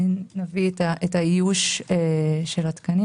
נביא את איוש התקנים